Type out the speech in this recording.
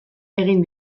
egin